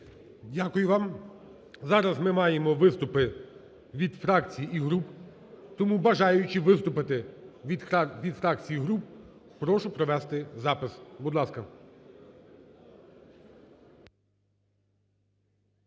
Дякую вам. Зараз ми маємо виступи від фракцій і груп. Тому бажаючі виступити від фракцій і груп, прошу провести запис, будь ласка.